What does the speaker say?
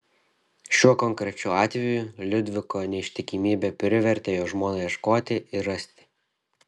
šiuo konkrečiu atveju liudviko neištikimybė privertė jo žmoną ieškoti ir rasti